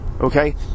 okay